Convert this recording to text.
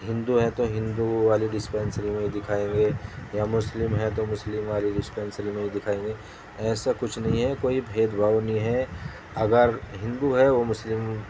ہندو ہیں تو ہندو والی ڈسپینسری میں ہی دکھائیں گے یا مسلم ہیں تو مسلم والی ڈسپینسری میں ہی دکھائیں گے ایسا کچھ نہیں ہے کوئی بھید بھاؤ نہیں ہے اگر ہندو ہے وہ مسلم